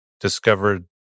discovered